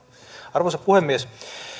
arvoisa puhemies